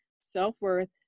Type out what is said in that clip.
self-worth